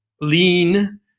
lean